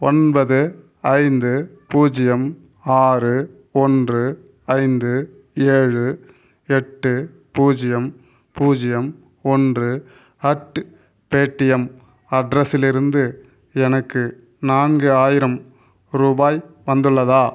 ஒன்பது ஐந்து பூஜ்ஜியம் ஆறு ஒன்று ஐந்து ஏழு எட்டு பூஜ்ஜியம் பூஜ்ஜியம் ஒன்று அட் பேடிஎம் அட்ரஸிலிருந்து எனக்கு நான்கு ஆயிரம் ரூபாய் வந்துள்ளதா